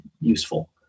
useful